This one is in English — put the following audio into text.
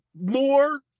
more